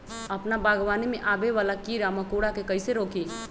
अपना बागवानी में आबे वाला किरा मकोरा के कईसे रोकी?